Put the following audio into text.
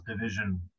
division